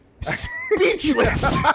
speechless